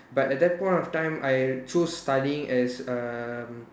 but at that point of time I choose studying as um